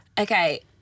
Okay